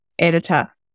Editor